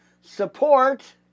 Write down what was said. support